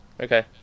Okay